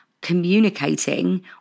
communicating